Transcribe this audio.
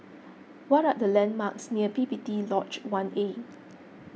what are the landmarks near P P T Lodge one A